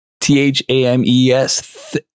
T-H-A-M-E-S